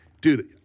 dude